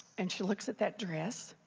and she looks at the address.